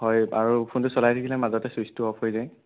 হয় আৰু ফোনটো চলাই থাকিলে মাজতে চুইচটো অফ হৈ যায়